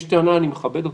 יש טענה, אני מכבד אותה.